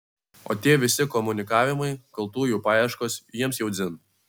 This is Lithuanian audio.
o tie visi komunikavimai kaltųjų paieškos jiems jau dzin